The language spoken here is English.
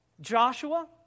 Joshua